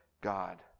God